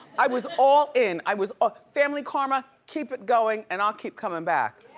i was all in, i was, ah family karma, keep it going and i'll keep coming back.